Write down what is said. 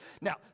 Now